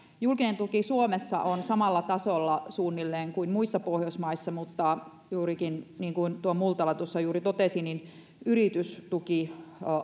julkinen tuki suomessa on suunnilleen samalla tasolla kuin muissa pohjoismaissa mutta niin kuin multala tuossa juuri totesi juurikin yritystuki